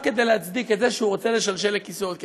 רק כדי להצדיק את זה שהוא רוצה לשלשל לכיסו עוד כסף.